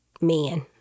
Men